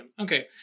Okay